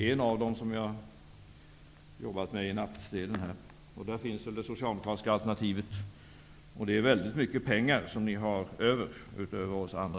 En av dem har jag jobbat med i natt. I den finns det socialdemokratiska alternativet. Socialdemokraterna har väldigt mycket pengar över, vilket vi andra inte har.